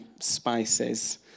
spices